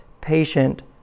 patient